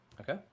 Okay